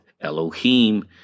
Elohim